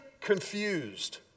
confused